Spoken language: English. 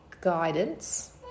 guidance